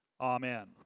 Amen